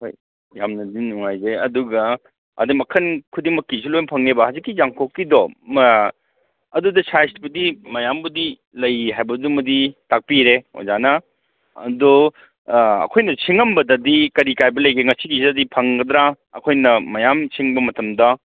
ꯍꯣꯏ ꯌꯥꯝꯅꯗꯤ ꯅꯨꯡꯉꯥꯏꯖꯩ ꯑꯗꯨꯒ ꯑꯗ ꯃꯈꯟ ꯈꯨꯗꯤꯡꯃꯛꯀꯤꯁꯨ ꯂꯣꯏꯅ ꯐꯪꯅꯦꯕ ꯍꯧꯖꯤꯛꯀꯤ ꯌꯥꯡꯀꯣꯛꯀꯤꯗꯣ ꯑꯗꯨꯗ ꯁꯥꯏꯖꯄꯨꯗꯤ ꯃꯌꯥꯝꯕꯨꯗꯤ ꯂꯩ ꯍꯥꯏꯕꯗꯨꯃꯗꯤ ꯇꯥꯛꯄꯤꯔꯦ ꯑꯣꯖꯥꯅ ꯑꯗꯣ ꯑꯩꯈꯣꯏꯅ ꯁꯤꯉꯝꯕꯗꯗꯤ ꯀꯔꯤ ꯀꯥꯏꯕ ꯂꯩꯒꯦ ꯉꯁꯤꯒꯤꯁꯤꯗꯗꯤ ꯐꯪꯒꯗ꯭ꯔꯥ ꯑꯩꯈꯣꯏꯅ ꯃꯌꯥꯝ ꯁꯤꯡꯕ ꯃꯇꯝꯗ